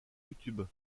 youtube